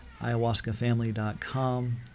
ayahuascafamily.com